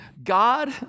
God